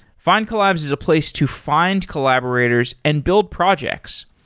findcollabs is a place to find collaborators and build projects.